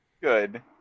good